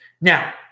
Now